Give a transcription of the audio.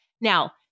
Now